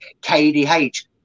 KDH